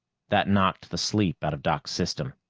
that knocked the sleep out of doc's system.